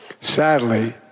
Sadly